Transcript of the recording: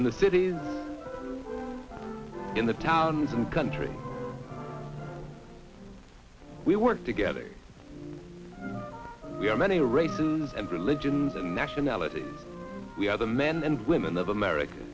in the cities in the towns and country we work together we are many races and religions and nationalities we are the men and women of america